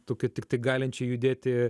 tokia tiktai galinčia judėti